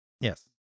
Yes